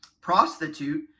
prostitute